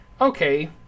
okay